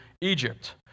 Egypt